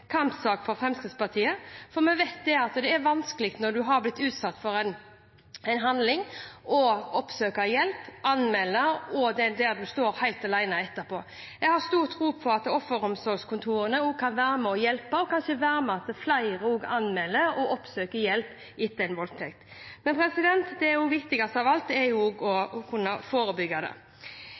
kampsak for Fremskrittspartiet. Vi vet at det er vanskelig når en har blitt utsatt for en handling, å oppsøke hjelp, anmelde – og der en står helt alene etterpå. Jeg har stor tro på at offeromsorgskontorene kan være med og hjelpe – og kanskje gjøre at flere anmelder og oppsøker hjelp etter en voldtekt. Men det viktigste av alt er å kunne forebygge det.